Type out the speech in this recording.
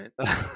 right